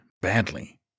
badly